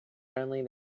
friendly